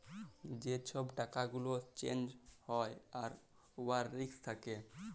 যে ছব টাকা গুলা চ্যাঞ্জ হ্যয় আর উয়ার রিস্ক থ্যাকে